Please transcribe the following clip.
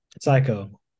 psycho